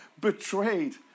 betrayed